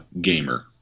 Gamer